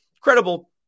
credible